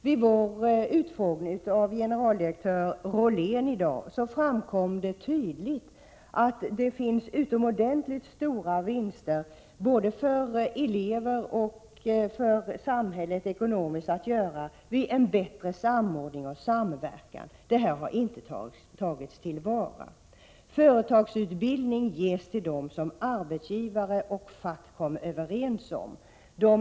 Vid vår utfrågning av generaldirektör Rollén ng framkom det tydligt att: det finns utomordentligt stora ekonomiska vinster att göra för både elever och samhälle vid en bättre samordning och samverkan. Detta har inte tagits till vara. Företagsutbildning ges till dem som arbetsgivare och fackföreningar kommer överens om skall få denna utbildning.